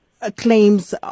claims